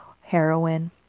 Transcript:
heroin